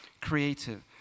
creative